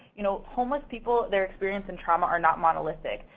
you know, homeless people, their experience and trauma are not monolithic.